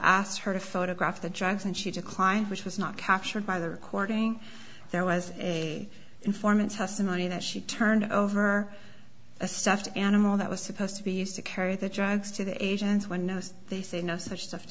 asked her to photograph the drugs and she declined which was not captured by the recording there was a informant testimony that she turned over a stuffed animal that was supposed to be used to carry the drugs to the agents when as they say no such stuffed